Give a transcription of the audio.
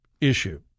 issue